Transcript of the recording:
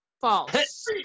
False